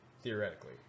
theoretically